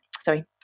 sorry